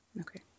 Okay